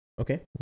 Okay